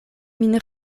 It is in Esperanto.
min